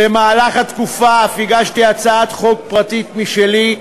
במהלך התקופה אף הגשתי הצעת חוק פרטית משלי,